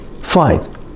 fine